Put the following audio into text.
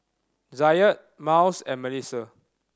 Zaid Myles and Melisa